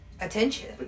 Attention